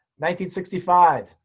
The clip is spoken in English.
1965